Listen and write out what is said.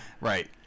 Right